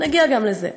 נגיע גם לזה.